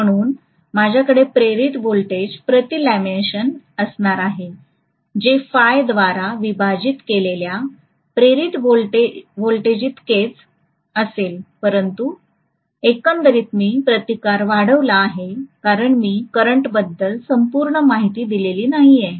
म्हणून माझ्याकडे प्रेरित वोल्टेज प्रती लॅमिनेशन असणार आहे जे phi द्वारे विभाजित केलेल्या प्रेरित व्होल्टेजइतकेच असेल परंतु एकंदरीत मी प्रतिकार वाढविला आहे कारण मी करंटबद्दल संपुर्ण माहिती दिलेली नाहिये